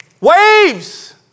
Waves